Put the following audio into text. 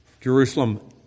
Jerusalem